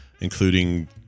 including